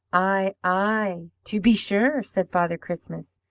aye, aye, to be sure said father christmas,